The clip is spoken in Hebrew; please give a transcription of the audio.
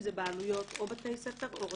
אם זה בעלויות או בתי ספר או רשויות.